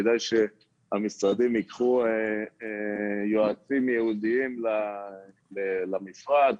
כדאי שהמשרדים ייקחו יועצים ייעודיים למפרץ